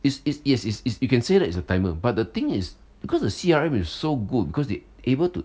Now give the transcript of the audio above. is is is is is you can say that it's a timer but the thing is because the C_R_M is so good because they able to